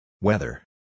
Weather